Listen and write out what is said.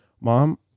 mom